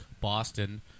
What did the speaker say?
Boston